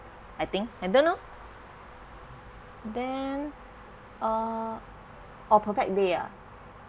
I think I don't know then uh oh perfect day ah